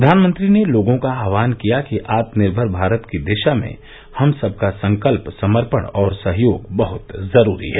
प्रधानमंत्री ने लोगों का आह्वान किया कि आत्मनिर्भर भारत की दिशा में हम सब क संकल्प समर्पण और सहयोग बहत जरूरी है